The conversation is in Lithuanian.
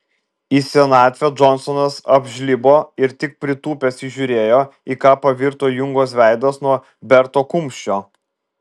į senatvę džonsonas apžlibo ir tik pritūpęs įžiūrėjo į ką pavirto jungos veidas nuo berto kumščio